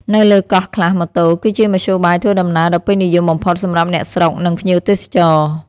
នៅលើកោះខ្លះម៉ូតូ គឺជាមធ្យោបាយធ្វើដំណើរដ៏ពេញនិយមបំផុតសម្រាប់អ្នកស្រុក និងភ្ញៀវទេសចរ។